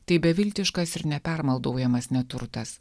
tai beviltiškas ir nepermaldaujamas neturtas